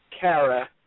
Kara